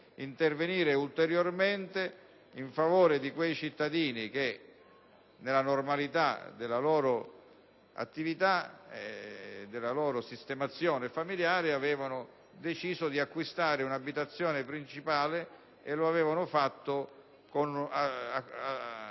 intervenire ulteriormente in favore di quei cittadini che, nella normalità della loro attività e della loro sistemazione familiare, avevano deciso di acquistare un'abitazione principale; lo avevano fatto